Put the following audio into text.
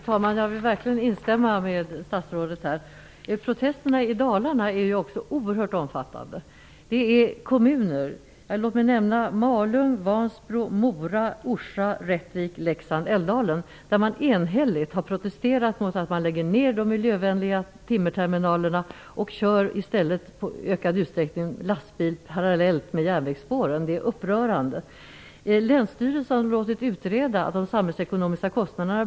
Fru talman! Jag vill verkligen instämma i det statsrådet säger. Protesterna i Dalarna är oerhört omfattande. Låt mig nämna Malung, Vansbro, Mora, Orsa, Rättvik, Leksand och Älvdalens kommuner. De har enhälligt protesterat mot att de miljövänliga timmerterminalerna läggs ned och att lastbilar i ökad utsträckning körs parallellt med järnvägsspåren. Det är upprörande. Länsstyrelsen har låtit utreda de samhällsekonomiska kostnaderna.